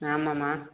ஆமாம்மா